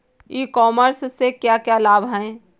ई commerce से क्या क्या लाभ हैं?